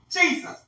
Jesus